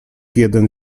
jeden